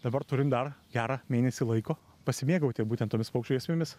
dabar turim dar gerą mėnesį laiko pasimėgauti būtent tomis paukščių giesmėmis